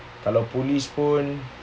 kalau police pun